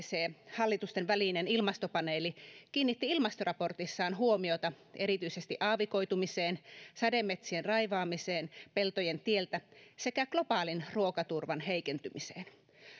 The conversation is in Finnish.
hallitustenvälinen ilmastopaneeli kiinnitti ilmastoraportissaan huomiota erityisesti aavikoitumiseen sademetsien raivaamiseen peltojen tieltä sekä globaalin ruokaturvan heikentymiseen